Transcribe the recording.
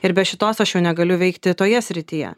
ir be šitos aš jau negaliu veikti toje srityje